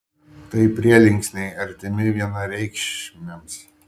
tai prielinksniai artimi vienareikšmiams